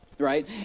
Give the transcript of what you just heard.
right